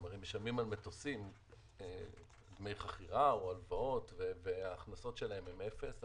הם משלמים על מטוסים דמי חכירה או הלוואות וההכנסות שלהן הן אפס,